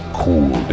cool